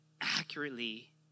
accurately